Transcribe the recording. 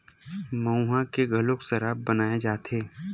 मउहा के घलोक सराब बनाए जाथे